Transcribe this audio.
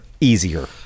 Easier